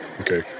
Okay